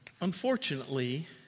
unfortunately